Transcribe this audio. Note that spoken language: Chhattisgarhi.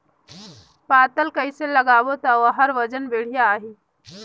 पातल कइसे लगाबो ता ओहार वजन बेडिया आही?